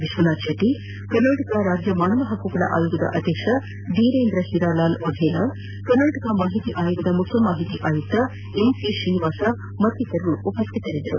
ವಿಶ್ವನಾಥ ಶೆಟ್ಟಿ ಕರ್ನಾಟಕ ರಾಜ್ಯ ಮಾನವ ಪಕ್ಕುಗಳ ಆಯೋಗದ ಅಧ್ವಕ್ಷ ಧೀರೇಂದ್ರ ಹೀರಾಲಾಲ್ ವಘೇಲಾ ಕರ್ನಾಟಕ ಮಾಹಿತಿ ಅಯೋಗದ ಮುಖ್ಯ ಮಾಹಿತಿ ಆಯುಕ್ತ ಎನ್ ಸಿ ಶ್ರೀನಿವಾಸ ಮತ್ತಿತರರು ಉಪಸ್ಥಿತರಿದ್ದರು